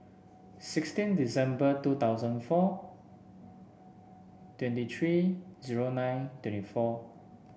sixteen December two thousand four twenty three zero nine twenty four